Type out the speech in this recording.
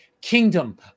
kingdom